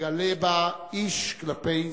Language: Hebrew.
שמגלה בה איש כלפי זולתו.